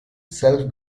self